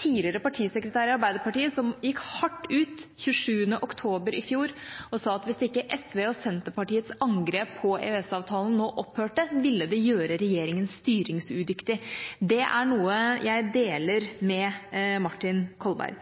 tidligere partisekretær i Arbeiderpartiet, som den 27. oktober i fjor gikk hardt ut og sa at hvis ikke SV og Senterpartiets angrep på EØS-avtalen nå opphørte, ville det gjøre regjeringa styringsudyktig. Det er noe jeg deler med Martin Kolberg.